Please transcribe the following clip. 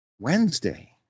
Wednesday